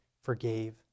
forgave